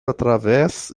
através